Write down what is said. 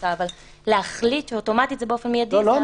אבל להחליט שאוטומטית באופן מיידי זאת החלטה לא נכונה.